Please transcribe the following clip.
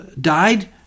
died